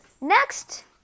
next